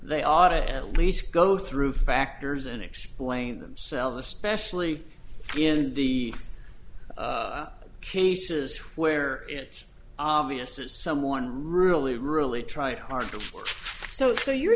they ought to at least go through factors and explain themselves especially in the cases where it's obvious that someone really really tried hard to so so you're